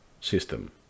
system